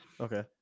Okay